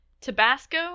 Tabasco